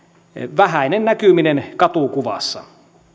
vähäinen näkyminen katukuvassa